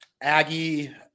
Aggie